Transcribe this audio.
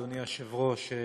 אדוני היושב-ראש,